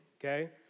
okay